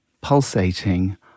pulsating